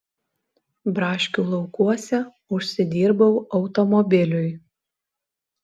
braškių laukuose užsidirbau automobiliui